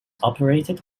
operated